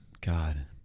God